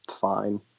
fine